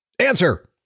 Answer